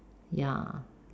ya